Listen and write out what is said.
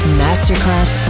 masterclass